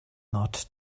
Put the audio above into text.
not